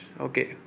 okay